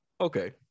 Okay